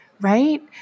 right